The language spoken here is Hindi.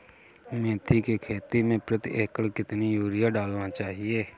मेथी के खेती में प्रति एकड़ कितनी यूरिया डालना चाहिए?